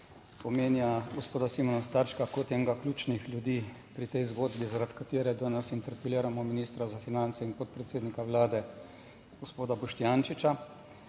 omenja gospoda Simona Starčka kot enega ključnih ljudi pri tej zgodbi zaradi katere danes interpeliramo ministra za finance in podpredsednika Vlade gospoda Boštjančiča.